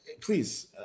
Please